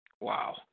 Wow